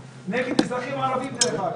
נגד אזרחים ערביים, דרך אגב.